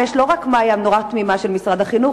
ויש לא רק מאיה נורא תמימה של משרד החינוך,